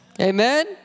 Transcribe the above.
Amen